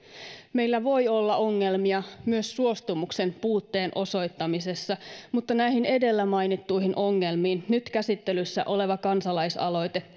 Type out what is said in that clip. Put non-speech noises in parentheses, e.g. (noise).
meillä voi olla ongelmia myös suostumuksen puutteen osoittamisessa mutta näihin edellä mainittuihin ongelmiin nyt käsittelyssä oleva kansalaisaloite (unintelligible)